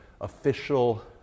official